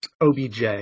OBJ